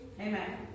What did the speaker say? Amen